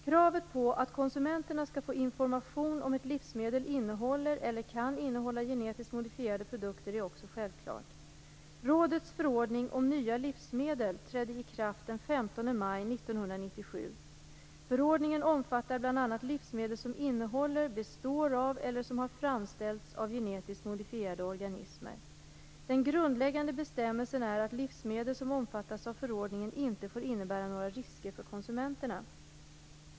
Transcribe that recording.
Kravet på att konsumenterna skall få information om ett livsmedel innehåller eller kan innehålla genetiskt modifierade produkter är också självklart. Rådets förordning om nya livsmedel trädde i kraft den 15 maj 1997. Förordningen omfattar bl.a. livsmedel som innehåller, består av eller har framställts av genetiskt modifierade organismer. Den grundläggande bestämmelsen är att livsmedel som omfattas av förordningen inte får innebära några risker för konsumenterna.